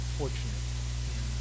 fortunate